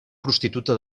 prostituta